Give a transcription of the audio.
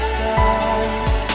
dark